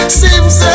seems